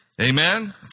Amen